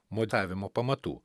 motavimo pamatų